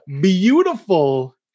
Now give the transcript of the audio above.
beautiful